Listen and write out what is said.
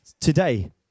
Today